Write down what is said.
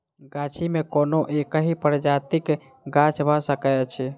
गाछी मे कोनो एकहि प्रजातिक गाछ भ सकैत अछि